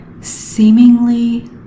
seemingly